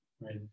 right